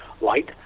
light